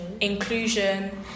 inclusion